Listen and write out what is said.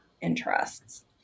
interests